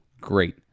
great